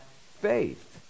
faith